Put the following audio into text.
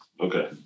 Okay